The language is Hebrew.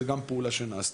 זה גם פעולה שנעשתה.